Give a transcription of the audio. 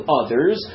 others